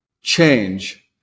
change